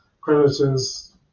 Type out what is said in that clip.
Creditors